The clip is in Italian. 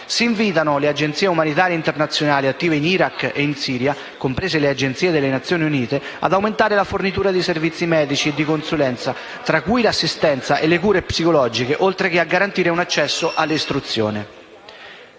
Si invitano le agenzie umanitarie internazionali attive in Iraq e in Siria, comprese le agenzie delle Nazioni Unite, ad aumentare la fornitura di servizi medici e di consulenza, tra cui l'assistenza e le cure psicologiche, oltre che a garantire un accesso all'istruzione.